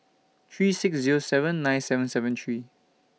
three six Zero seven nine seven seven three